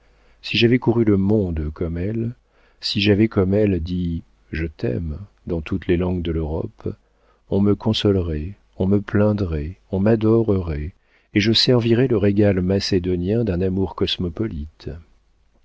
si j'avais couru le monde comme elle si j'avais comme elle dit je t'aime dans toutes les langues de l'europe on me consolerait on me plaindrait on m'adorerait et je servirais le régal macédonien d'un amour cosmopolite